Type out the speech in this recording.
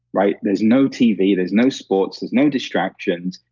right? there's no tv, there's no sports, there's no distractions.